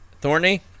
Thorny